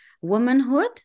womanhood